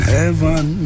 heaven